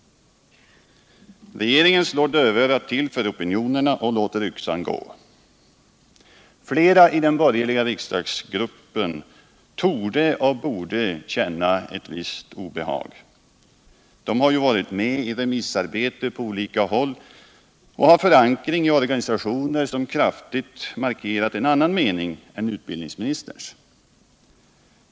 Regeringen slår dövörat till för opinionerna och låter yxan gå. Flera i den borgerliga riksdagsgruppen torde och borde känna ett visst obehag. De har ju varit med i remissarbetet på olika håll och har förankring i organisationer som kraftigt markerat en annan mening än utbildningsministerns.